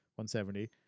170